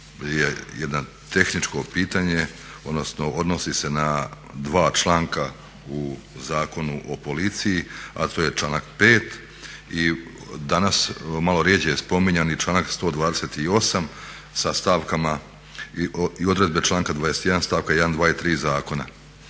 jedno tehničko pitanje, odnosno odnosi se na dva članka u Zakonu o policiji, a to je članak 5. I danas malo rjeđe spominjani članak 128. sa stavkama i odredbe članka 21. stavka 1., 2. i 3. zakona.